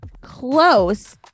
Close